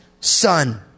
son